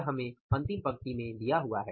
यह हमें अंतिम पंक्ति में दिया हुआ